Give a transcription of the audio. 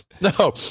no